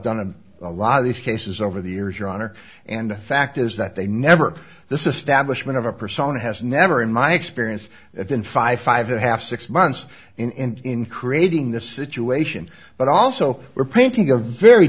in a lot of these cases over the years your honor and the fact is that they never this establishment of a persona has never in my experience that in five five and half six months in and in creating the situation but also we're painting a very